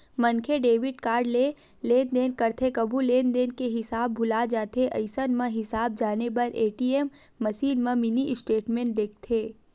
मनखे debit card ले लेनदेन करथे कभू लेनदेन के हिसाब भूला जाथे अइसन म हिसाब जाने बर ए.टी.एम मसीन म मिनी स्टेटमेंट देखथे